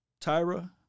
Tyra